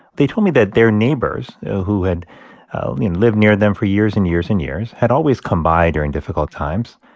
they told me that their neighbors who had lived near them for years and years and years had always come by during difficult times.